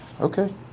Okay